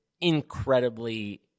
incredibly